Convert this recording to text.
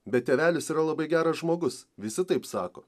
bet tėvelis yra labai geras žmogus visi taip sako